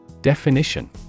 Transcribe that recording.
Definition